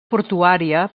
portuària